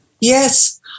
Yes